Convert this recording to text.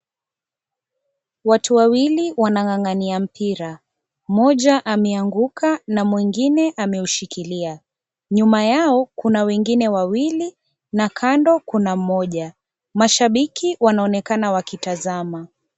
Watu wawili wanangangania mpira mmoja ameanguka na mwingine ameushikilia ,nyuma yao kuna wengine wawili na kando kuna mmoja, mashabiki wanaonekana wakitazama.